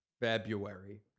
February